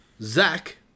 Zach